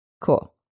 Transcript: Cool